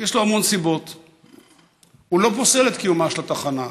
הוא לא פוסל את קיומה של התחנה,